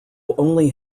only